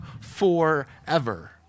forever